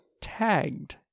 Tagged